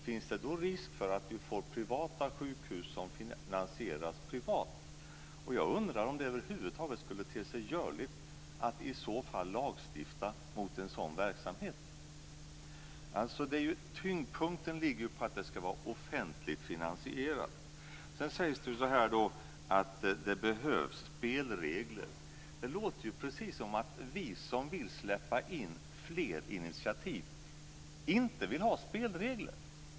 Finns det då risk för att vi får privata sjukhus som finansieras privat? Jag undrar om det över huvud taget skulle te sig görligt att i så fall lagstifta mot en sådan verksamhet. Tyngdpunkten ligger på att det ska vara offentligt finansierat. Sedan sägs det att det behövs spelregler. Det låter precis som om vi som vill släppa in fler initiativ inte vill ha spelregler.